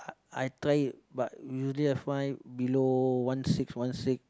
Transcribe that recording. I try but usually I find below one six one six